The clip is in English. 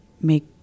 make